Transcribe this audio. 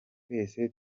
twese